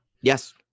Yes